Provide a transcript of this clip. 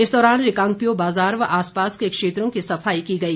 इस दौरान रिकांगपिओ बाजार व आस पास के क्षेत्रों की सफाई की गई